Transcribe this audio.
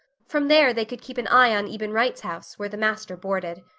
from there they could keep an eye on eben wright's house, where the master boarded.